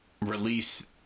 release